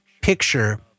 picture